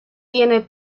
tiene